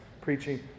preaching